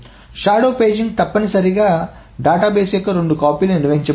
shadow paging తప్పనిసరిగా database యొక్క రెండు కాపీలు నిర్వహించబడతాయి